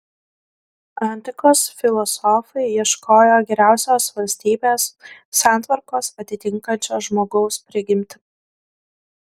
antikos filosofai ieškojo geriausios valstybės santvarkos atitinkančios žmogaus prigimtį